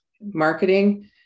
marketing